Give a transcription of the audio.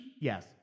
yes